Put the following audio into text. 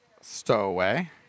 Stowaway